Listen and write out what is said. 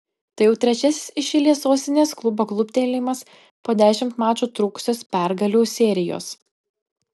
tai jau trečiasis iš eilės sostinės klubo kluptelėjimas po dešimt mačų trukusios pergalių serijos